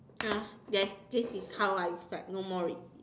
ya there's this is how I describe no more already